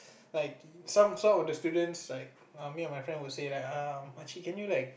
like some some of the students like um me and my friend will say like um macik can you like